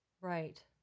Right